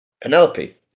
Penelope